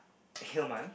hillman